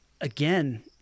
again